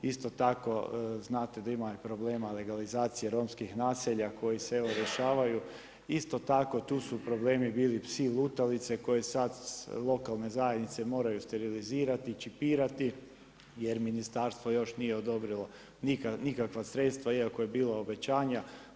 Isto tako znate da ima problema legalizacije romskih naselje koji se rješavaju, isto tako tu su problemi psi lutalice koje sada lokalne zajednice moraju sterilizirati, čepirati jer ministarstvo još nije odobrilo nikakva sredstva iako je bilo obećanja.